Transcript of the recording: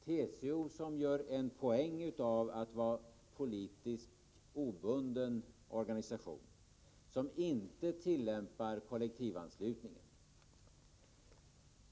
TCO gör ju en poäng av att vara en politiskt obunden organisation, som inte tillämpar kollektivanslutningen.